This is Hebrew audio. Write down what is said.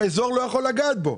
ושהאזור לא יכול לגעת בו.